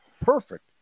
perfect